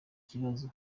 kibazo